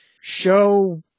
show –